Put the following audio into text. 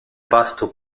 vasto